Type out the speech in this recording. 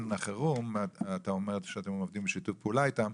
החירום אתה אומר שאתם עובדים בשיתוף פעולה איתם.